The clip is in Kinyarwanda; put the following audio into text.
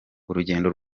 urugendo